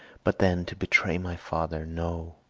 but then, to betray my father! no!